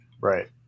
Right